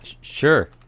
sure